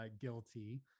guilty